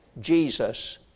Jesus